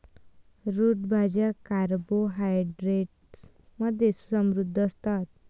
route भाज्या carbohydrates मध्ये समृद्ध असतात